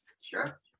Sure